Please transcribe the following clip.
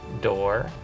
door